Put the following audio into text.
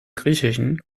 griechischen